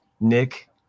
Nick